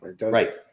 right